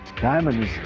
Diamonds